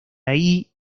ahí